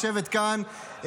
שיושבת כאן,